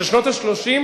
של שנות ה-30,